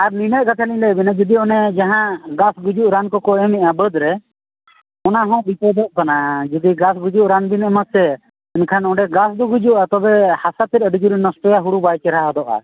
ᱟᱨ ᱱᱤᱱᱟᱹᱜ ᱠᱟᱛᱷᱟ ᱞᱤᱧ ᱞᱟᱹᱭ ᱟᱹᱵᱤᱱᱟ ᱡᱩᱫᱤ ᱚᱱᱮ ᱡᱟᱦᱟᱸ ᱜᱷᱟᱥ ᱜᱩᱡᱩᱜ ᱨᱟᱱ ᱠᱚᱠᱚ ᱮᱢᱢᱮᱜᱼᱟ ᱵᱟᱹᱫᱽ ᱨᱮ ᱚᱱᱟ ᱦᱚᱸ ᱵᱤᱯᱚᱫᱚᱜ ᱠᱟᱱᱟ ᱡᱩᱫᱤ ᱜᱷᱟᱥ ᱜᱩᱡᱩᱜ ᱨᱟᱱ ᱵᱤᱱ ᱮᱢᱟ ᱥᱮ ᱢᱮᱱᱠᱷᱟᱱ ᱚᱸᱰᱮ ᱜᱷᱟᱥ ᱫᱚ ᱜᱩᱡᱩᱜᱼᱟ ᱦᱟᱥᱟᱛᱮᱫ ᱟᱹᱰᱤ ᱡᱳᱨᱮ ᱱᱚᱥᱴᱚᱭᱟ ᱦᱳᱲᱳ ᱵᱟᱭ ᱪᱮᱨᱦᱟ ᱦᱚᱫᱚᱜᱼᱟ